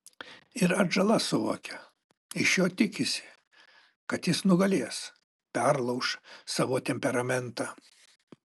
ir atžala suvokia iš jo tikisi kad jis nugalės perlauš savo temperamentą